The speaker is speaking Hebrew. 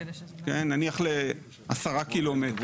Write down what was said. נניח, לעשרה ק"מ.